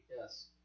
Yes